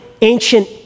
ancient